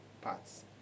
parts